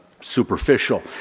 superficial